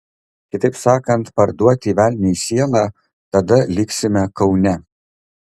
kitaip sakant parduoti velniui sielą tada liksime kaune